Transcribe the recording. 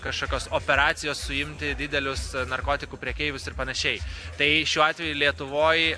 kažkokios operacijos suimti didelius narkotikų prekeivius ir panašiai tai šiuo atveju lietuvoj